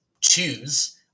choose